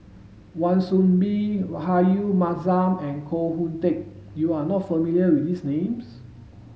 Wan Soon Bee Rahayu Mahzam and Koh Hoon Teck you are not familiar with these names